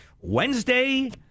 Wednesday